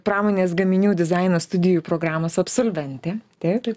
pramonės gaminių dizaino studijų programos absolventė taip